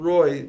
Roy